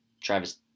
Travis